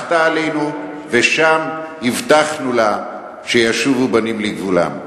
בכתה עלינו, ושם הבטחנו לה שישובו בנים לגבולם.